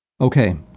Okay